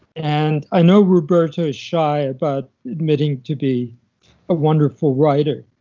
and i know roberto is shy about admitting to be a wonderful writer.